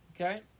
Okay